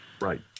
Right